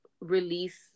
release